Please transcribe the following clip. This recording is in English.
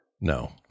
no